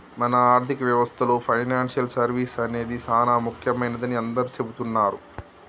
మన ఆర్థిక వ్యవస్థలో పెనాన్సియల్ సర్వీస్ అనేది సానా ముఖ్యమైనదని అందరూ సెబుతున్నారు